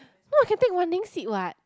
not Catherine wondering seed what